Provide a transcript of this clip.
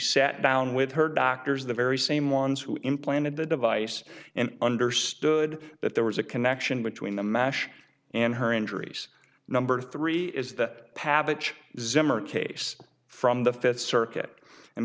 sat down with her doctors the very same ones who implanted the device and understood that there was a connection between the mash and her injuries number three is that pavlovitch zimmer case from the fifth circuit and